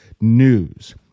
news